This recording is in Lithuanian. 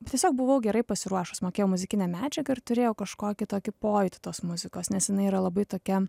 tiesiog buvau gerai pasiruošus mokėjau muzikinę medžiagą ir turėjo kažkokį tokį pojūtį tos muzikos nes jinai yra labai tokia